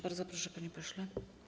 Bardzo proszę, panie pośle.